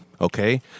okay